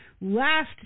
Last